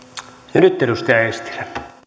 ja nyt edustaja eestilä